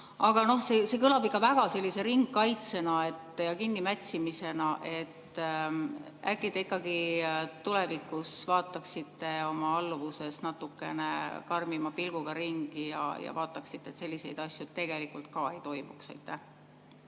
aga see kõlab väga sellise ringkaitsena ja kinnimätsimisena. Äkki te ikkagi tulevikus vaataksite oma alluvuses natukene karmima pilguga ringi, et selliseid asju tegelikult ka ei toimuks.